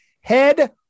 head